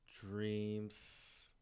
Dreams